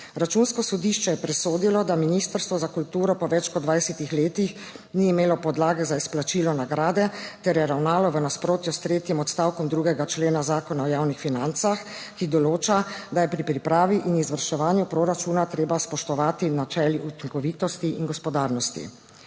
Računsko sodišče je presodilo, da Ministrstvo za kulturo po več kot 20 letih ni imelo podlage za izplačilo nagrade ter je ravnalo v nasprotju s tretjim odstavkom 2. člena Zakona o javnih financah, ki določa, da je pri pripravi in izvrševanju proračuna treba spoštovati načelo učinkovitosti in gospodarnosti.